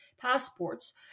passports